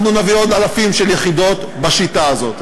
אנחנו נביא עוד אלפים של יחידות בשיטה הזאת.